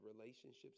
relationships